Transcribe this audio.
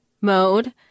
mode